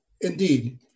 indeed